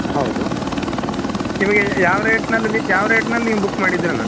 ಹೌದು ನಿಮಗೆ ಯಾವ ರೇಟ್ನಲ್ಲಿ ದಿ ಯಾವ ರೇಟ್ನಲ್ಲಿ ನೀವು ಬುಕ್ ಮಾಡಿದ್ರೇನ